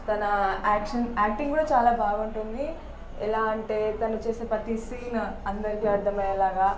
తన action acting కూడా చాలా బాగుంటుంది ఎలా అంటే తను చేసే ప్రతి సీన్ అందరికి అర్థం అయ్యేలాగా